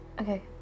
Okay